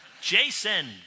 Jason